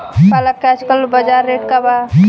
पालक के आजकल बजार रेट का बा?